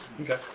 Okay